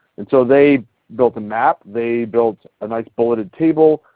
so they built a map. they built a nice bulleted table.